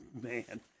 man